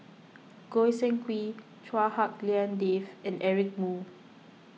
Goi Seng Hui Chua Hak Lien Dave and Eric Moo